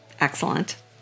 Excellent